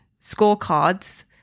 scorecards